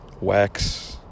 wax